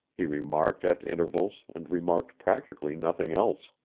he remarked at intervals and remarked practically nothing else.